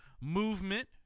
Movement